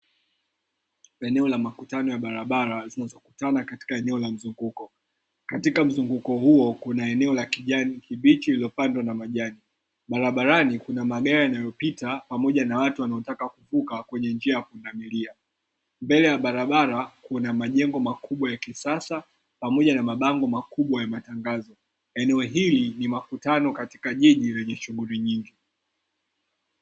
Eneo la makutano ya barabara zinazokutana katika eneo la mzunguko, katika mzunguko huo kuna eneo la kijani kibichi lililopandwa na majani, barabarani kuna magari yanayopita pamoja na watu wanaotaka kuvuka kwenye njia ya pundamilia, mbele ya barabara kuna majengo makubwa ya kisasa pamoja na mabango makubwa ya matangazo eneo hili ni makutano katika jiji lenye shughuli nyingi.